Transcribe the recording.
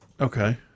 Okay